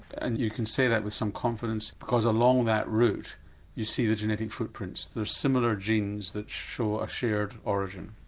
and you can say that with some confidence because along that route you see the genetic footprints, the similar genes that show a shared origin?